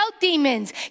demons